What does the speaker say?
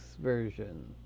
version